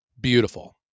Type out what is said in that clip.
beautiful